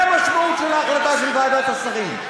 זו המשמעות של ההחלטה בוועדת השרים.